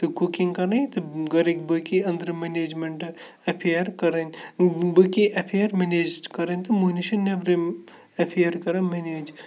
تہٕ کُکِنٛگ کَرٕنۍ تہٕ گَرٕکھ بٲقی أنٛدرٕ منیجمیٚنٹ ایٚفِیَر کَرٕنۍ بٲقی ایفِیَر منیج کَرٕنۍ تہٕ مہ نِش چھِ نٮ۪برِم ایفِیَر کَران مٮ۪نیج